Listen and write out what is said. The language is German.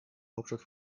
hauptstadt